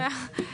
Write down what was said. אין בעיה.